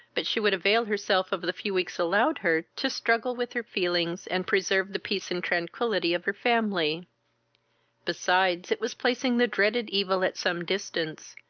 but she would avail herself of the few weeks allowed her to struggle with her feelings, and preserve the peace and tranquility of her family besides, it was placing the dreaded evil at some distance,